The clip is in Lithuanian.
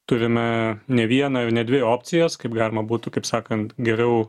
turime ne vieną ir ne dvi opcijas kaip galima būtų kaip sakant geriau